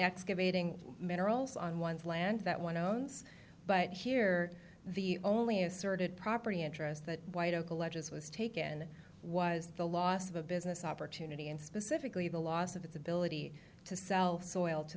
excavating minerals on one's land that one owns but here the only asserted property interest that white oak alleges was taken was the loss of a business opportunity and specifically the loss of its ability to sell soil to